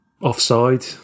offside